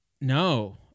No